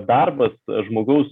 darbas žmogaus